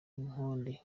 indonke